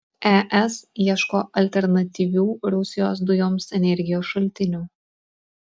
es ieško alternatyvių rusijos dujoms energijos šaltinių